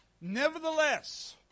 Nevertheless